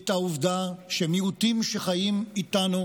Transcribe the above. את העובדה שמיעוטים שחיים איתנו